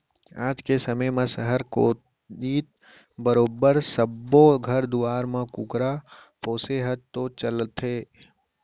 आज के समे म सहर कोइत बरोबर सब्बो घर दुवार म कुकुर पोसे ह तो चलते हे